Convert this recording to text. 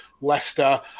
Leicester